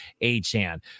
A-chan